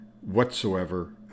whatsoever